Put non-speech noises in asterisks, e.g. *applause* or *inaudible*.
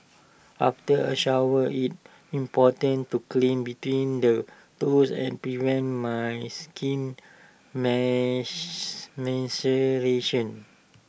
after A shower it's important to clean between the toes and prevent my skin *unintelligible* maceration